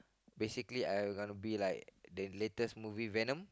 basically I got to be like the latest movie venom